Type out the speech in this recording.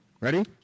Ready